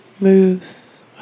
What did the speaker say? moves